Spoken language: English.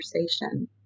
conversation